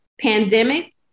pandemic